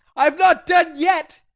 i have not done yet!